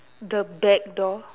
the back door